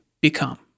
become